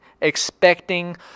expecting